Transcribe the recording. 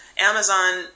Amazon